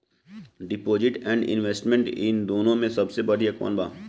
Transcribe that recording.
Deposit and investment इन दुनो मे से सबसे बड़िया कौन बा?